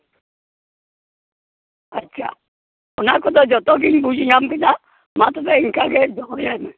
ᱟᱪᱪᱷᱟ ᱚᱱᱟ ᱠᱚᱫᱚ ᱡᱚᱛᱚᱜᱤᱧ ᱵᱩᱡᱽ ᱧᱟᱢ ᱠᱮᱫᱟ ᱢᱟ ᱛᱚᱵᱮ ᱤᱱᱠᱟᱹᱜᱮ ᱫᱚᱦᱚᱭᱤᱫᱟᱹᱧ